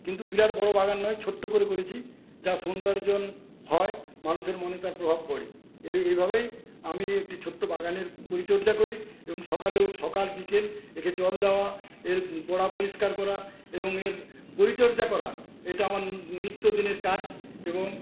কিন্তু বিরাট বড়ো বাগান নয় ছোট্ট করে করেছি যা সৌন্দর্য্য হয় মানুষের মনে তার প্রভাব পরে এভাবেই আমি একটি ছোট্ট বাগানের পরিচর্যা করি এবং সকালে উঠে সকাল বিকেল একে জল দেওয়া এর গড়া পরিষ্কার করা এবং এর পরিচর্যা করা এটা আমার নিত্যদিনের কাজ এবং